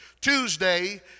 Tuesday